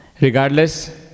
Regardless